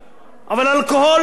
אבל על אלכוהול לא.